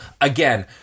again